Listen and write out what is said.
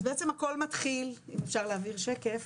אז בעצם הכל מתחיל אם אפשר להעביר שקף,